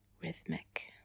rhythmic